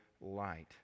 light